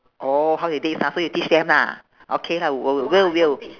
orh how they dates lah so you teach them lah okay lah w~ will will